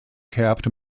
capped